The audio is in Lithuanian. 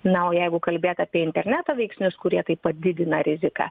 na o jeigu kalbėt apie interneto veiksnius kurie tai padidina riziką